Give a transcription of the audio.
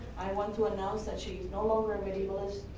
i want to announce that she is no longer a medievalist,